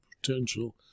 potential